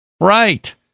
Right